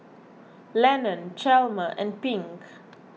Lennon Chalmer and Pink